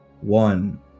one